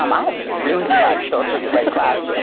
um i have really bad children in my class.